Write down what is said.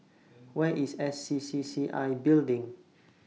Where IS S C C C I Building